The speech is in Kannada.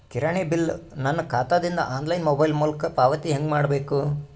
ಕಿರಾಣಿ ಬಿಲ್ ನನ್ನ ಖಾತಾ ದಿಂದ ಆನ್ಲೈನ್ ಮೊಬೈಲ್ ಮೊಲಕ ಪಾವತಿ ಹೆಂಗ್ ಮಾಡಬೇಕು?